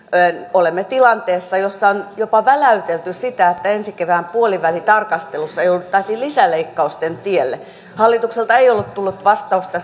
olemme tilanteessa jossa on jopa väläytelty sitä että ensi kevään puolivälitarkastelussa jouduttaisiin lisäleikkausten tielle hallitukselta ei ollut tullut vastausta